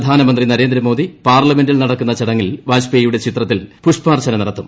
പ്രധാനമന്ത്രി നരേന്ദ്രമോദി പാർലമെന്റിൽ നടക്കുന്ന ചടങ്ങിൽ വാജ്പേയിയുടെ ചിത്രത്തിൽ പുഷ്പാർച്ചന നടത്തും